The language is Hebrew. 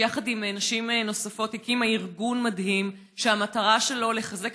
שעם נשים נוספות הקימה ארגון מדהים שהמטרה שלו היא לחזק